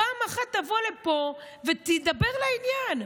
פעם אחת תבוא לפה ותדבר לעניין.